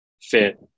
fit